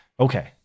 Okay